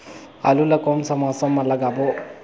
आलू ला कोन मौसम मा लगाबो?